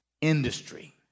industry